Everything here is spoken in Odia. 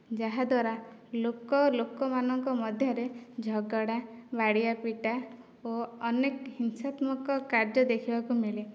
ଯାହାଦ୍ଵାରା ଲୋକ ଲୋକମାନଙ୍କ ମଧ୍ୟରେ ଝଗଡ଼ା ବାଡ଼ିଆପିଟା ଓ ଅନେକ ହିଂସାତ୍ମକ କାର୍ଯ୍ୟ ଦେଖିବାକୁ ମିଳେ